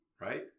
right